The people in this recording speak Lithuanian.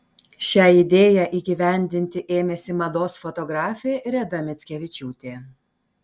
šią idėją įgyvendinti ėmėsi mados fotografė reda mickevičiūtė